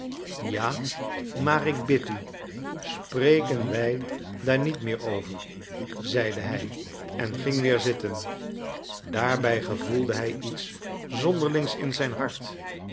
ja maar ik bid u spreken wij daar niet meer over zeide hij en ging weer zitten daarbij gevoelde hij iets zonderlings in zijn hart